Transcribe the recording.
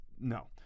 no